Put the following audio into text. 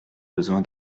besoin